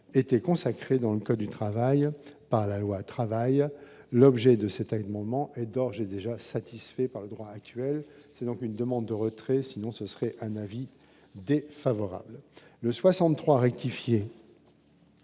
été consacré dans le code du travail par la loi travail à l'objet de cette à une moment égorgé déjà satisfait par le droit actuel, c'est donc une demande de retrait, sinon ce serait un avis favorable le 63 rectifier.